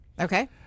Okay